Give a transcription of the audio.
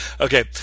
okay